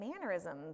mannerisms